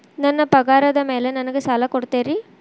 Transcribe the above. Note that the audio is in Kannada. ನನ್ನ ಪಗಾರದ್ ಮೇಲೆ ನಂಗ ಸಾಲ ಕೊಡ್ತೇರಿ?